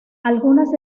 algunas